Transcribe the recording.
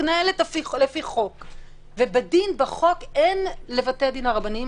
מתנהלת לפי חוק ולפי החוק אין לבתי-הדין הרבניים